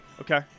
Okay